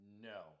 No